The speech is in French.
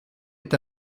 est